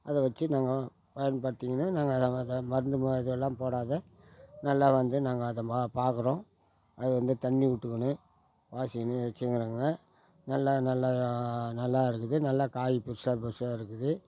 அதை வச்சு நாங்கள் பயன்படுத்திக்கின்னு நாங்கள் அதை மருந்து இதெல்லாம் போடாத நல்லா வந்து நாங்கள் அதை ம பார்க்குறோம் அது வந்து தண்ணி விட்டுக்குன்னு பாய்ச்சிக்கின்னு வச்சுக்கிறாங்க நல்ல நல்ல நல்லா இருக்குது நல்லா காய் பெருசாக பெருசாக இருக்குது